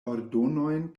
ordonojn